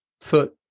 foot